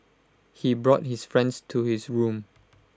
he brought his friends to his room